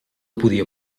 podia